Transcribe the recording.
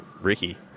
Ricky